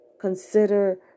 consider